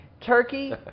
Turkey